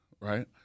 right